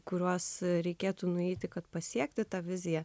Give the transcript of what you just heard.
kuriuos reikėtų nueiti kad pasiekti tą viziją